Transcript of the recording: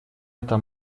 это